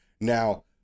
Now